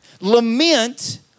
Lament